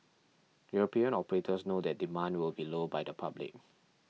European operators know that demand will be low by the public